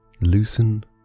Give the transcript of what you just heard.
loosen